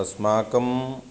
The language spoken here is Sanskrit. अस्माकं